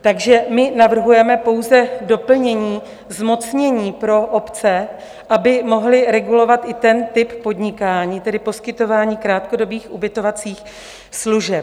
Takže my navrhujeme pouze doplnění zmocnění pro obce, aby mohly regulovat i ten typ podnikání, tedy poskytování krátkodobých ubytovacích služeb.